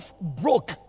broke